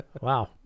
wow